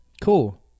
Cool